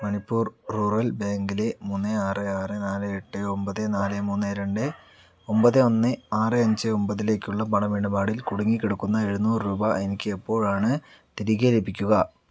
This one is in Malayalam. മണിപ്പൂർ റൂറൽ ബാങ്കിലെ മൂന്ന് ആറ് ആറ് നാല് എട്ട് ഒൻപത് നാല് മൂന്ന് രണ്ട് ഒൻപത് ഒന്ന് ആറ് അഞ്ച് ഒൻപതിലേക്കുള്ള പണം ഇടപാടിൽ കുടുങ്ങിക്കിടക്കുന്ന എഴുനൂറു രൂപ എനിക്ക് എപ്പോഴാണ് തിരികെ ലഭിക്കുക